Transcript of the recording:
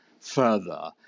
further